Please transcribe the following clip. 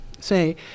say